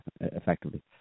effectively